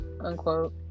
unquote